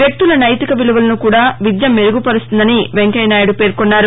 వ్యక్తుల నైతిక విలువలను కూడా విద్య మెరుగుపరుస్తుందని వెంకయ్యనాయుడు అన్నారు